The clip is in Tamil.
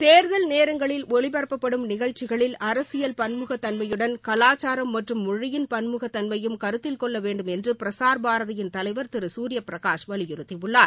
தேர்தல் நேரங்களில் ஒலிபரப்பப்படும் நிகழ்ச்சிகளில் அரசியல் பன்முகத்தன்மயுடன் கலாச்சாரம் மற்றும் மொழியின் பன்முகத்தன்மையும் கருத்தில்கொள்ளவேண்டும் என்று பிரசார்பாரதியின் தலைவர் திரு சூரியபிரகாஷ் வலியுறுத்தியுள்ளார்